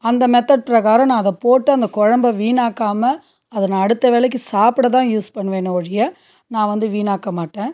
அந்த மெத்தெட் ப்ரகாரம் நான் அதை போட்டு அந்த கொழம்ப வீணாக்காமல் அதை நான் அடுத்த வேலைக்கு சாப்பிட தான் யூஸ் பண்ணுவன ஒழிய நான் வந்து வீணாக்க மாட்டேன்